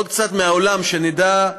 עוד קצת מהעולם, שנדע: